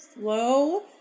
slow